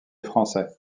français